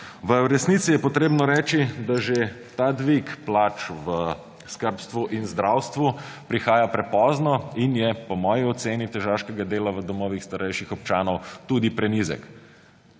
V resnici je potrebno reči, da že ta dvig plač v skrbstvu in zdravstvu prihaja prepozno in je po moji oceni težaškega dela v domovih starejših občanov tudi prenizek.